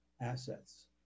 assets